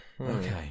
Okay